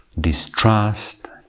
distrust